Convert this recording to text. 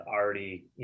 already